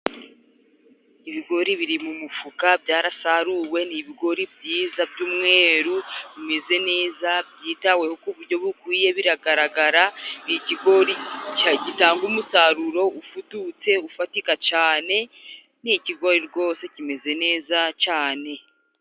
Ibigori biri mu mufuka byarasaruwe ni ibigori byiza by'umweruru, bimeze neza byitaweho ku buryo bukwiye biragaragara ,ni ikigori gitanga umusaruro ufututse ufatika cane ni ikigori rwose kimeze neza cane.